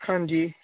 ਹਾਂਜੀ